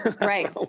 Right